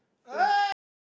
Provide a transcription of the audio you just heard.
ah